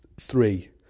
three